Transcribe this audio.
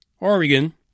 Oregon